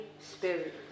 Spirit